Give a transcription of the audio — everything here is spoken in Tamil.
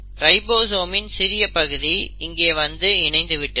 ரைபோசோமின் சிறிய பகுதி இங்கே வந்து இணைந்து விட்டது